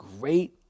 great